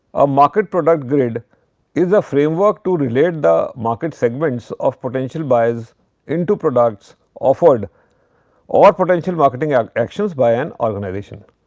a market-product grid is a framework to relate the market segments of potential buyers into products offered or potential marketing um actions by an organization.